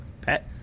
Pat